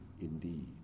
indeed